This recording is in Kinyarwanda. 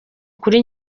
kuri